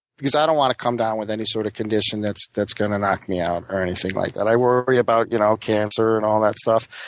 because i don't want to come down with any sort of condition that's that's going to knock me out or anything like that. i worry about you know cancer and all that stuff.